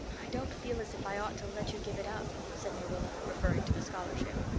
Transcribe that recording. i don't feel as if i ought to let you give it up, said marilla, referring to the scholarship.